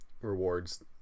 rewards